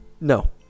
No